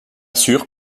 sûr